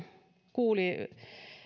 kuuli